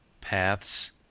Paths